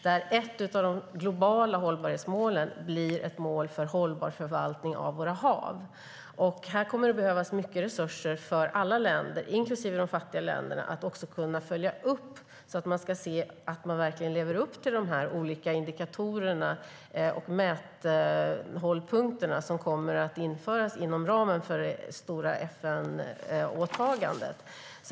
Där blir ett av de globala hållbarhetsmålen hållbar förvaltning av våra hav. Här kommer det att behövas mycket resurser för alla länder, inklusive de fattiga länderna, för att de också ska kunna följa upp och se att de verkligen lever upp till dessa olika indikatorer och mäthållpunkter som kommer att införas inom ramen för det stora FN-åtagandet.